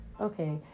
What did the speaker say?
Okay